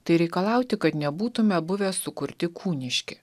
tai reikalauti kad nebūtume buvę sukurti kūniški